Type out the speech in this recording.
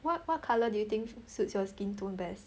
what what colour do you think suits your skin tone best